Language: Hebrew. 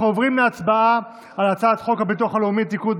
אנחנו עוברים להצבעה על הצעת חוק הביטוח הלאומי (תיקון,